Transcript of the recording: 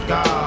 God